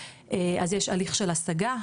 אז יש הליך של השגה,